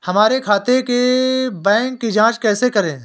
हमारे खाते के बैंक की जाँच कैसे करें?